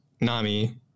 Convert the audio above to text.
Nami